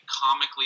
comically